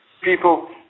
people